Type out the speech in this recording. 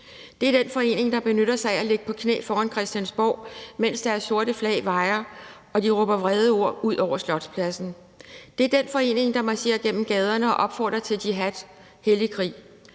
Det er den forening, der benytter sig af at ligge på knæ foran Christiansborg, mens deres sorte flag vajer og de råber vrede ord ud over Slotspladsen. Det er den forening, der marcherer gennem gaderne og opfordrer til jihad – hellig krig.